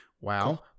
Wow